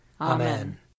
Amen